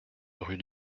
rue